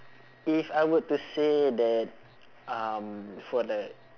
if I were to say that um for the